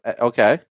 Okay